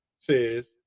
says